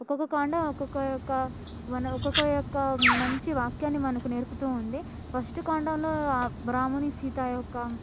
ఒక్కొక్క కాండం ఒక్కొక్క ఆ యొక్క మన ఒక్కొక్క మంచి వాక్యాన్ని మనకు నేర్పుతుంది ఫస్ట్ కాండంలో రాముడు సీత యొక్క